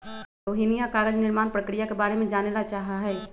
रोहिणीया कागज निर्माण प्रक्रिया के बारे में जाने ला चाहा हई